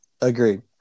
Agreed